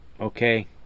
Okay